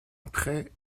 après